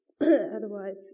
Otherwise